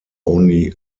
only